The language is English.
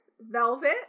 velvet